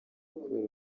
kubera